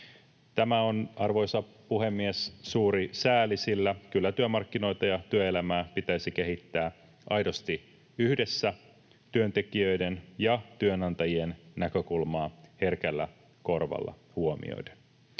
Tämä on, arvoisa puhemies, suuri sääli, sillä kyllä työmarkkinoita ja työelämää pitäisi kehittää aidosti yhdessä, työntekijöiden ja työnantajien näkökulmaa herkällä korvalla huomioiden.